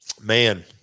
man